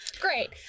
great